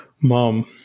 mom